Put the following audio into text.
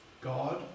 God